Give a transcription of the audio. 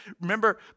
Remember